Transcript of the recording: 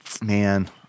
Man